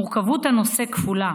מורכבות הנושא כפולה: